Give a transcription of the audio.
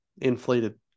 inflated